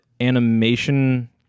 animation